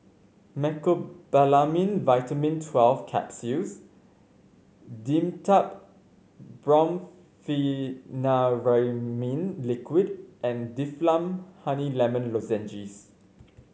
Mecobalamin Vitamin Twelve Capsules Dimetapp Brompheniramine Liquid and Difflam Honey Lemon Lozenges